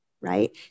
right